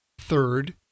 Third